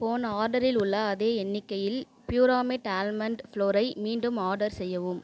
போன ஆர்டரில் உள்ள அதே எண்ணிக்கையில் ப்யூராமேட் ஆல்மண்ட் ஃப்ளோரை மீண்டும் ஆர்டர் செய்யவும்